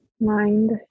Mind